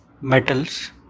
metals